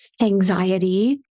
anxiety